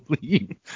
believe